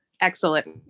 excellent